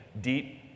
deep